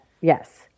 Yes